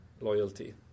loyalty